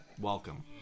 Welcome